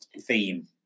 theme